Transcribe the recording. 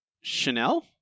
Chanel